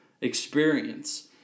experience